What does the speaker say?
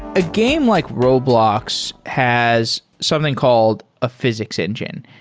a game like roblox has something called a physics engine,